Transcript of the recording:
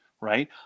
right